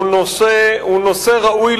הוא נושא מאוד ראוי